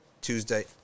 Tuesday